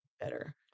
better